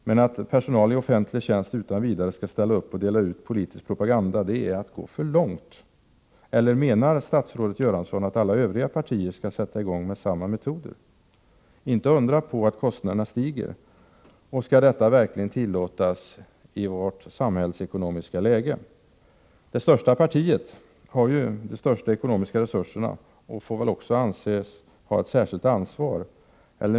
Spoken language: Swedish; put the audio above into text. Men att kräva att personal i offentlig tjänst utan vidare skall ställa upp och dela ut politisk propaganda är att gå för långt. Eller menar statsrådet Göransson att alla övriga partier skall sätta i gång med samma metoder? Det är i så fall inte att undra på att kostnaderna stiger. Och skall detta verkligen tillåtas i vårt nuvarande samhällsekonomiska läge? Det största partiet har ju de största ekonomiska resurserna och får väl också anses ha ett särskilt ansvar.